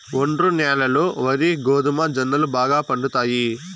ఒండ్రు న్యాలల్లో వరి, గోధుమ, జొన్నలు బాగా పండుతాయి